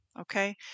okay